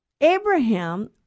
Abraham